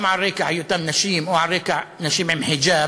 גם על רקע היותן נשים או על רקע היותן נשים עם חיג'אב,